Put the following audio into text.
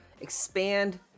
expand